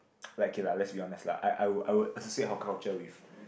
like okay lah let's be honest lah I I would I would say hawker culture with